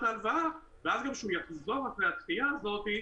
ההלוואה ואז גם כשהוא יסגור את הדחיה הזאת,